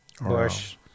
Bush